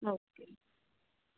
okay